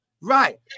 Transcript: right